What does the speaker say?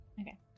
Okay